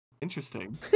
Interesting